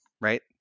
right